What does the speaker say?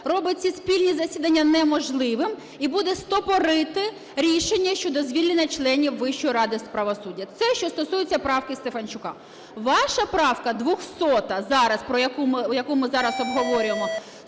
роблять ці спільні засідання неможливим і буде стопорити рішення щодо звільнення членів Вищої ради правосуддя. Це що стосується правки Стефанчука. Ваша правка 200-а, зараз, яку ми зараз обговорюємо,